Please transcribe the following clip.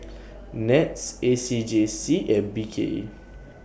Nets A C J C and B K E